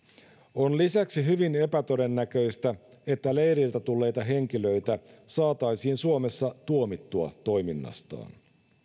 on lisäksi hyvin epätodennäköistä että leiriltä tulleita henkilöitä saataisiin suomessa tuomittua toiminnastaan